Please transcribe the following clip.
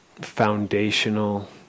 foundational